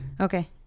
Okay